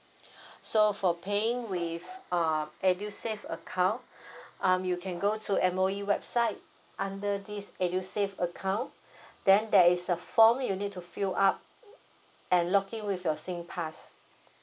so for paying with uh edusave account um you can go to M_O_E website under this edusave account then there is a form you need to fill up and log in with your singpass